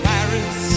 Paris